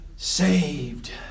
Saved